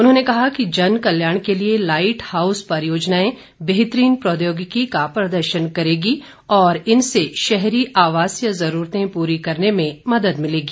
उन्होंने कहा कि जनकल्याण के लिए लाईट हाउस परियोजनाएं बेहतरीन प्रौद्योगिकी का प्रदर्शन करेगी और इनसे शहरी आवासीय जरूरतें पूरी करने में मदद मिलेगी